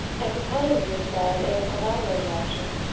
and compelling them to spread in a lateral direction,